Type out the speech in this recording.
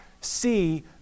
see